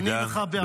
אני וחבריי".